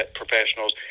professionals